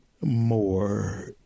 more